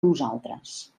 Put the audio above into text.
nosaltres